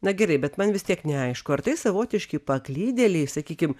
na gerai bet man vis tiek neaišku ar tai savotiški paklydėliai sakykim